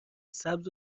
سبز